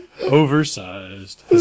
Oversized